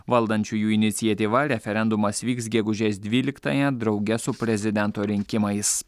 valdančiųjų iniciatyva referendumas vyks gegužės dvyliktąją drauge su prezidento rinkimais